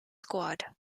squad